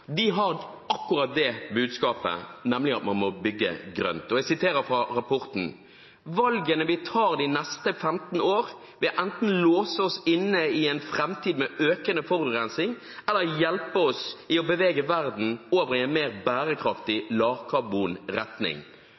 de neste femten år, enten vil låse oss inne i en framtid med økende forurensing, eller hjelpe oss i å bevege verden over i en mer bærekraftig,